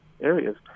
areas